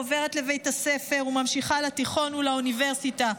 עוברת לבית הספר וממשיכה לתיכון ולאוניברסיטה.